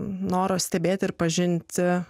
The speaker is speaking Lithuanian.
noro stebėti ir pažinti save